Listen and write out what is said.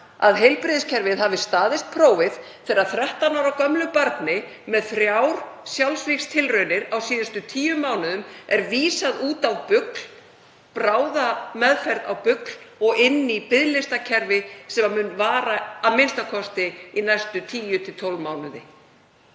að heilbrigðiskerfið hafi staðist prófið þegar 13 ára gömlu barni með þrjár sjálfsvígstilraunir að baki á síðustu tíu mánuðum er vísað út af BUGL, bráðameðferð á BUGL, og inn í biðlistakerfi sem mun vara a.m.k. í næstu 10–12 mánuði?